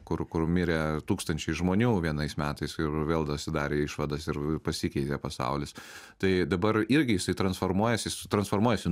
kur kur mirė tūkstančiai žmonių vienais metais ir vėl dasidarė išvadas ir pasikeitė pasaulis tai dabar irgi jisai transformuojasi jis transformuojasi